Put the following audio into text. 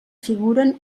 figuren